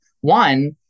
one